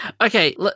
okay